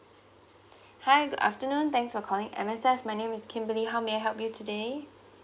hi good afternoon thanks for calling M_S_F my name is kimberly how may I help you today